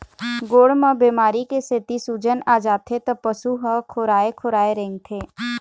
गोड़ म बेमारी के सेती सूजन आ जाथे त पशु ह खोराए खोराए रेंगथे